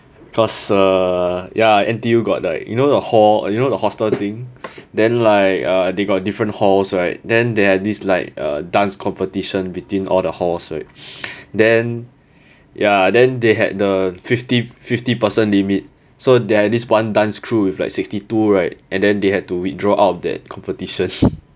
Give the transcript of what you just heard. plus uh ya N_T_U got like you know the hall you know the hostel thing then like uh they got different halls right then they have this like uh dance competition between all the halls right then ya then they had the fifty fifty person limit so they had this one dance crew with like sixty two right and then they had to withdraw out of that competition